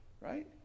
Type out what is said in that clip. Right